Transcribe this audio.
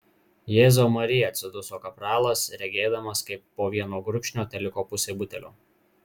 jėzau marija atsiduso kapralas regėdamas kaip po vieno gurkšnio teliko pusė butelio